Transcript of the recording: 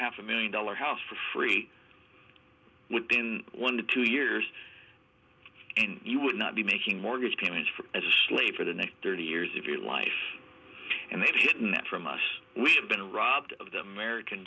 half a million dollar house for free within one to two years and you would not be making mortgage payments for as a slave for the next thirty years of your life and they'd hidden that from us we have been robbed of them american